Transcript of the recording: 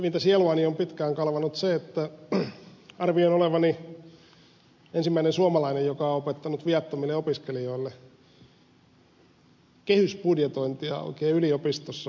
syvintä sieluani on pitkään kalvanut se että arvioin olevani ensimmäinen suomalainen joka on opettanut viattomille opiskelijoille kehysbudjetointia oikein yliopistossa